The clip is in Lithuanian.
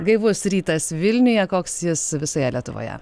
gaivus rytas vilniuje koks jis visoje lietuvoje